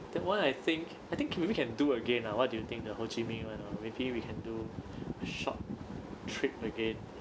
that [one] I think I think can we can do again ah what do you think the ho chi minh [one] ah maybe we can do short trip again